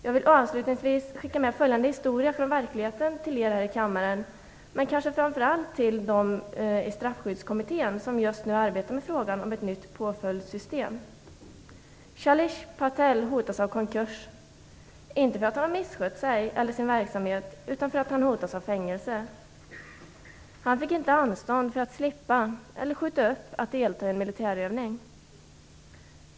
Jag vill avslutningsvis skicka med följande historia från verkligheten till er här i kammare men kanske framför allt till Straffsystemkommittén, som just nu arbetar med frågan om ett nytt påföljdssystem. Shalish Patel hotas av konkurs, inte för att han har misskött sig eller sin verksamhet utan för att han hotas av fängelse. Han fick inte slippa eller skjuta upp sitt deltagande i en militärövning.